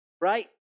right